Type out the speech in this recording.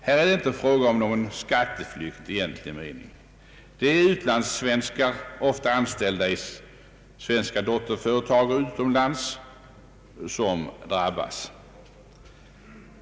Här är det inte fråga om någon skatteflykt i egentlig mening. Det är utlandssvenskar, ofta anställda i svenska dotterföretag, som drabbas.